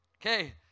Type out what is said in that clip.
Okay